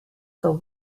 for